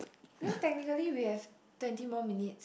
then technically we have twenty more minutes